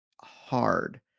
hard